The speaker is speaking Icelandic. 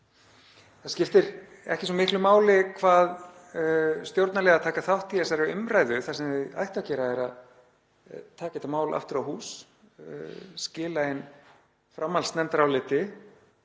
Það skiptir ekki svo miklu máli hversu mikið stjórnarliðar taka þátt í þessari umræðu. Það sem þau ættu að gera er að taka þetta mál aftur í hús, skila inn framhaldsnefndaráliti